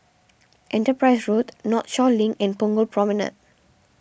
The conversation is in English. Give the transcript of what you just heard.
Enterprise Road Northshore Link and Punggol Promenade